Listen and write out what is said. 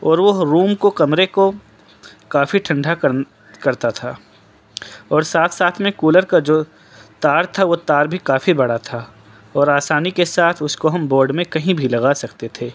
اور وہ روم کو کمرے کو کافی ٹھنڈھا کرتا تھا اور ساتھ ساتھ میں کولر کا جو تار تھا وہ تار بھی کافی بڑا تھا اور آسانی کے ساتھ اس کو ہم بورڈ میں کہیں بھی لگا سکتے تھے